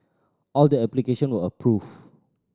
all the application were approved